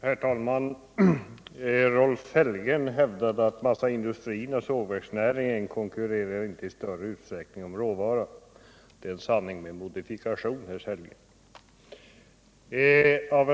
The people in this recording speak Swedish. Herr talman! Rolf Sellgren hävdade att massaindustrin och sågverksnäringen inte i större utsträckning konkurrerar om skogsråvaran. Detta är en sanning med modifikation, herr Sellgren!